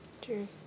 True